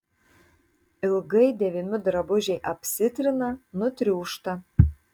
ilgai dėvimi drabužiai apsitrina nutriūšta